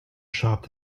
shop